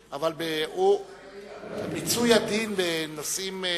מיצוי הדין לנושאים כלכליים,